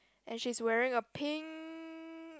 and she's wearing a pink